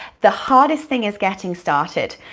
the hardest thing is getting started.